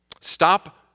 Stop